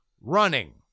running